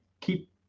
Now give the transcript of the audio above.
keep